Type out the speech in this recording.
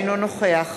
אינו נוכח